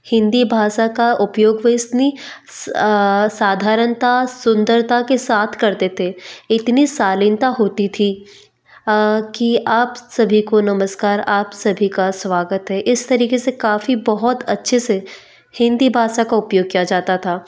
हिंदी भाषा का उपयोग वो इतनी साधारणता सुंदरता के साथ करते थे इतनी शालीनता होती थी कि आप सभी को नमस्कार आप सभी का स्वागत है इस तरीके से काफी बहुत अच्छे से हिंदी भाषा का उपयोग किया जाता था